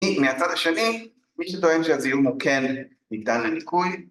‫מהצד השני, מי שטוען שהזיהום הוא כן ‫ניתן לניקוי